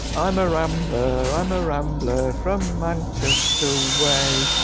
i'm a rambler, i'm a rambler, from manchester way,